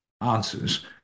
answers